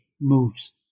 moves